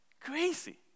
Crazy